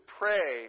pray